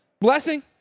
Blessing